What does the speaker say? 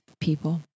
people